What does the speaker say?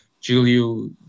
Julio